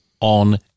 on